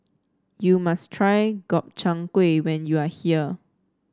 you must try Gobchang Gui when you are here